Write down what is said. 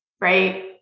right